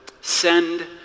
send